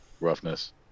Roughness